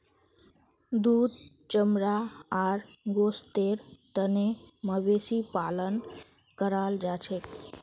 दूध चमड़ा आर गोस्तेर तने मवेशी पालन कराल जाछेक